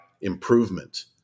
improvement